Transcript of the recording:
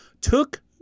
took